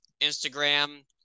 Instagram